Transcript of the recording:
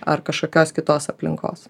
ar kažkokios kitos aplinkos